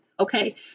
Okay